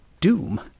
doom